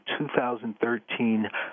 2013